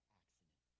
accident